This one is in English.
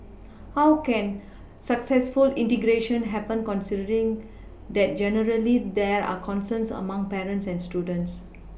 how can successful integration happen considering that generally there are concerns among parents and students